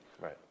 Right